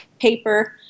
paper